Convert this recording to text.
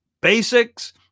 basics